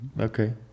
Okay